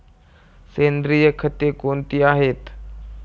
सेंद्रिय खते कोणती आहेत?